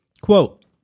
Quote